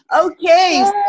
okay